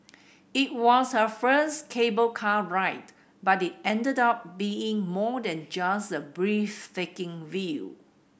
it was her first cable car ride but it ended up being more than just a breathtaking view